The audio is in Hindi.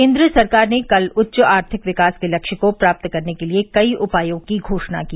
केन्द्र सरकार ने कल उच्च आर्थिक विकास के लक्ष्य को प्राप्त करने के लिए कई उपायों की घोषणा की